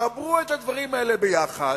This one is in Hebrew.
חברו את הדברים האלה ביחד,